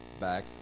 back